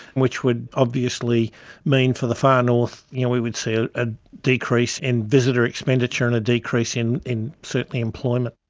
which would obviously mean for the far north you know we would see ah a decrease in visitor expenditure and a decrease in in certainly employment.